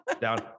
down